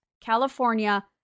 California